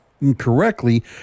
incorrectly